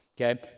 Okay